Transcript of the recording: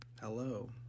Hello